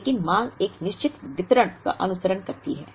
लेकिन मांग एक निश्चित वितरण का अनुसरण करती है